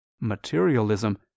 materialism